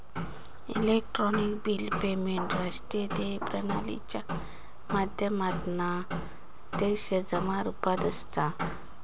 electronic bill payment राष्ट्रीय देय प्रणालीच्या माध्यमातना प्रत्यक्ष जमा रुपात असता